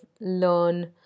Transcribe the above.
learn